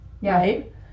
right